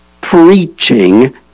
preaching